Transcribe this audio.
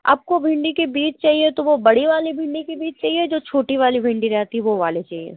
आपको भिंडी के बीज चाहिए तो वो बड़ी वाली भिंडी के बीज चाहिए जो छोटी वाली भिंडी रहती है वो वाले चाहिए